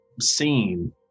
scene